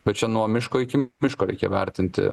bet čia nuo miško iki miško reikia vertinti